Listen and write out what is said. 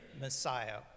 Messiah